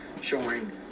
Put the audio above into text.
showing